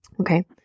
okay